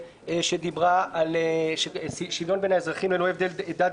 שדיברה על שוויון בין האזרחים ללא הבדל דת,